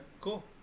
Cool